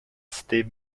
cités